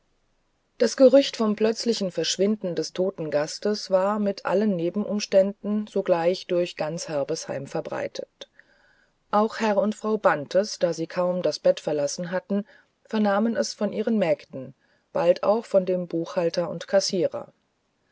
das gerücht vom plötzlichen verschwinden des toten gastes war mit allen nebenumständen sogleich durch ganz herbesheim verbreitet auch herr und frau bantes da sie kaum das bett verlassen hatten vernahmen es von ihren mägden bald auch von dem buchhalter und kassierer